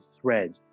thread